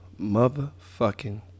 motherfucking